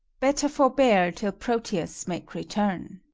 better forbear till proteus make return.